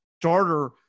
starter